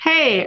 Hey